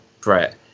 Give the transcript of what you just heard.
Brett